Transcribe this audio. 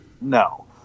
No